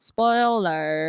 Spoiler